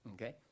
Okay